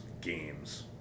games